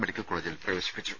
medical കോളേജിൽ പ്രവേശിപ്പിച്ചു